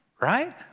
right